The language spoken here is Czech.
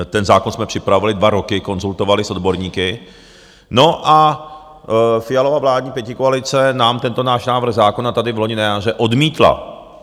Ten zákon jsme připravili, dva roky konzultovali s odborníky a Fialova vládní pětikoalice nám tento náš návrh zákona tady vloni na jaře odmítla.